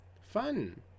Fun